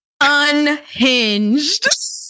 Unhinged